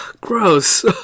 Gross